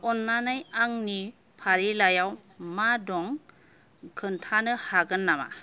अन्नानै आंनि फारिलाइआव मा दं खिनथानो हागोन नामा